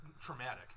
traumatic